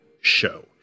show